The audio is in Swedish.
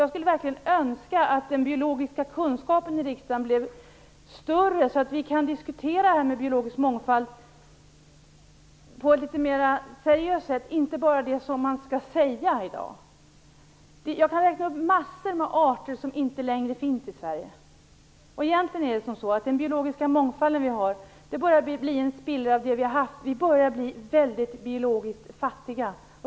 Jag önskar verkligen att den biologiska kunskapen i riksdagen blev större så att vi kunde diskutera detta med biologisk mångfald på ett litet mera seriöst sätt. Jag kan räkna upp massor av arter som inte längre finns i Sverige. Egentligen börjar vår biologiska mångfald att bli en spillra av den mångfald som vi har haft. Vi börjar att bli väldigt biologiskt fattiga.